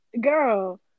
girl